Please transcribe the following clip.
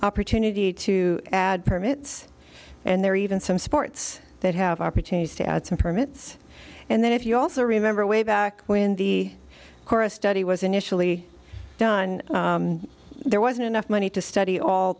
opportunity to add permits and there are even some sports that have opportunities to add some permits and then if you also remember way back when the corps a study was initially done there wasn't enough money to study all